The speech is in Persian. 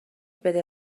بده